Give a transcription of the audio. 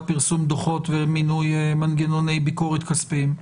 פרסום דוחות ומינוי מנגנוני ביקורת כספיים.